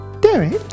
Derek